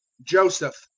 joseph,